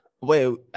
wait